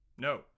No